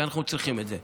כי אנחנו צריכים את זה.